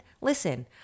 listen